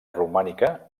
romànica